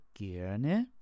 gerne